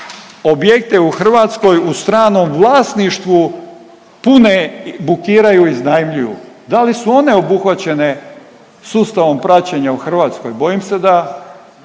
objekte u Hrvatskoj u stranom vlasništvu pune, bukiraju, iznajmljuju. Da li su one obuhvaćene sustavom praćenja u Hrvatskoj? Bojim se da